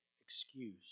excuse